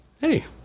hey